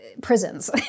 prisons